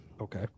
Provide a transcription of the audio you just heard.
Okay